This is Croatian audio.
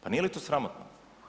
Pa nije li to sramotno?